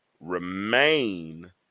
remain